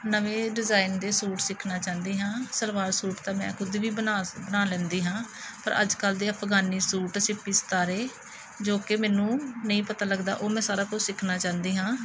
ਨਵੇਂ ਡਿਜ਼ਾਇਨ ਦੇ ਸੂਟ ਸਿੱਖਣਾ ਚਾਹੁੰਦੀ ਹਾਂ ਸਲਵਾਰ ਸੂਟ ਤਾਂ ਮੈਂ ਖੁਦ ਵੀ ਬਣਾ ਬਣਾ ਲੈਂਦੀ ਹਾਂ ਪਰ ਅੱਜ ਕੱਲ੍ਹ ਦੇ ਅਫਗਾਨੀ ਸੂਟ ਸਿੱਪੀ ਸਿਤਾਰੇ ਜੋ ਕਿ ਮੈਨੂੰ ਨਹੀਂ ਪਤਾ ਲੱਗਦਾ ਉਹ ਮੈਂ ਸਾਰਾ ਕੁਝ ਸਿੱਖਣਾ ਚਾਹੁੰਦੀ ਹਾਂ